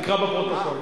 תקרא בפרוטוקול.